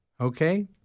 Okay